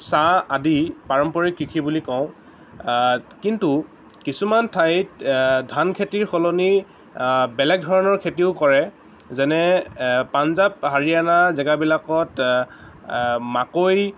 চাহ আদি পাৰম্পৰিক কৃষি বুলি কওঁ কিন্তু কিছুমান ঠাইত ধান খেতিৰ সলনি বেলেগ ধৰণৰ খেতিও কৰে যেনে পাঞ্জাৱ হাৰিয়ানা জেগাবিলাকত মাকৈ